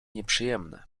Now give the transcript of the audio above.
nieprzyjemne